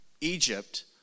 Egypt